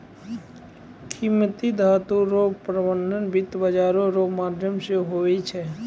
कीमती धातू रो प्रबन्ध वित्त बाजारो रो माध्यम से हुवै छै